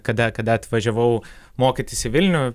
kada kada atvažiavau mokytis į vilnių